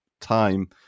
time